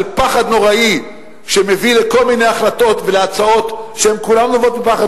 של פחד נוראי שמביא לכל מיני החלטות והצעות שכולן נובעות מפחד,